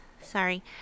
Sorry